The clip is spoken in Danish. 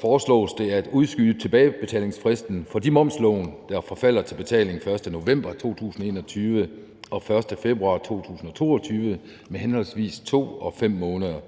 foreslås det først at udskyde tilbagebetalingsfristen for de momslån, der forfalder til betaling den 1. november 2021 og den 1. februar 2022, med henholdsvis 2 og 5 måneder.